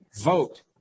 vote